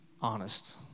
honest